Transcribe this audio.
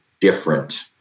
different